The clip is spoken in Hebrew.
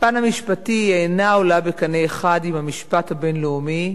בפן המשפטי היא אינה עולה בקנה אחד עם המשפט הבין-לאומי,